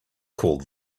call